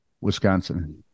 wisconsin